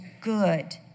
good